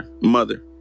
Mother